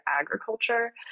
agriculture